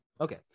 Okay